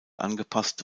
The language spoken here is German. angepasst